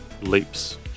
Leap's